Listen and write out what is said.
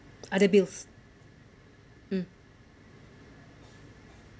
other bills mm